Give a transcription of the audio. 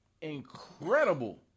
incredible